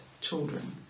children